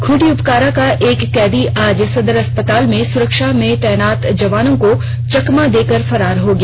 खूंटी उपकारा का एक कैदी आज सदर अस्पताल से सुरक्षा में तैनात जवानों को चकमा देकर फरार हो गया